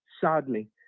sadly